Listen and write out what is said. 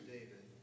David